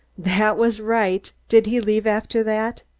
that was right. did he leave after that?